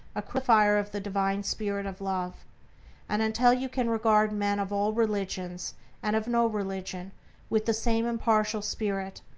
a crucifier of the divine spirit of love and until you can regard men of all religions and of no religion with the same impartial spirit,